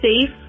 safe